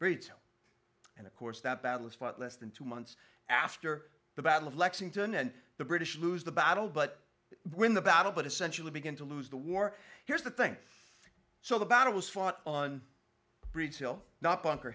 brits and of course that battles fought less than two months after the battle of lexington and the british lose the battle but win the battle but essentially begin to lose the war here's the thing so the battle was fought on breed's hill not bunker